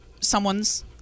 someone's